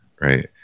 right